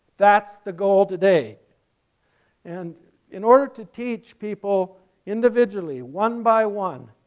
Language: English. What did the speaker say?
that's the goal today and in order to teach people individually, one by one,